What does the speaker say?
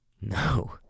No